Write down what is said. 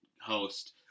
host